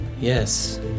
Yes